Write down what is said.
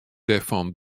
dêrfan